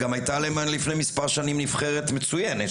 וגם הייתה להם לפני מספר שנים נבחרת מצוינת.